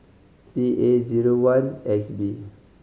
P A zero one X B